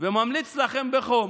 וממליץ לכם בחום